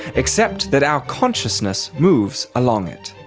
except that our consciousness moves along it.